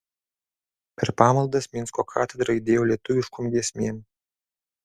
per pamaldas minsko katedra aidėjo lietuviškom giesmėm